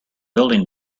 building